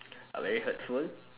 are very hurtful